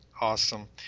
awesome